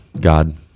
God